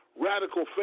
radical